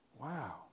Wow